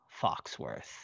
Foxworth